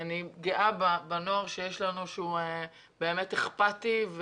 אני גאה בנוער שיש לנו שבאמת הוא אכפתי.